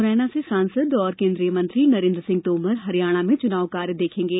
मुरैना से सांसद और केन्द्रीय मंत्री नरेन्द्र सिंह तोमर हरियाणा में चुनाव संबंधी कार्य देखेंगे